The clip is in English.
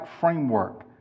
framework